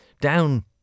Down